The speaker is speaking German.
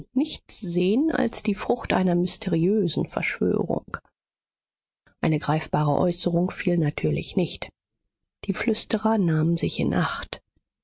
nichts sehen als die frucht einer mysteriösen verschwörung eine greifbare äußerung fiel natürlich nicht die flüsterer nahmen sich in acht